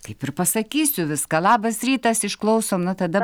kaip ir pasakysiu viską labas rytas išklausom na tada